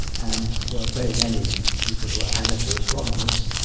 and there are very many people who are amateur astronomers,